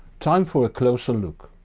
time for a closer look.